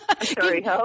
Sorry